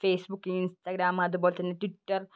Facebook Instagram അതുപോലെ തന്നെ Twitter